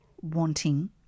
wanting